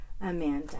Amanda